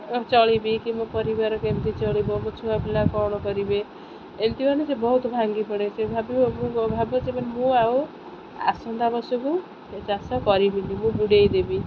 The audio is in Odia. ଚଳିବି କି ମୋ ପରିବାର କେମିତି ଚଳିବ ମୋ ଛୁଆ ପିଲା କ'ଣ କରିବେ ଏମିତି ମାନେ ସେ ବହୁତ ଭାଙ୍ଗି ପଡ଼େ ସେ ଭାବିବ ମୁଁ ଭାବୁଛି ମୁଁ ଆଉ ଆସନ୍ତା ବର୍ଷକୁ ଚାଷ କରିବିନି ମୁଁ ବୁଡ଼େଇ ଦେବି